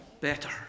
better